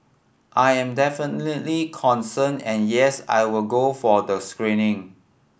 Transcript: I am definitely concerned and yes I will go for the screening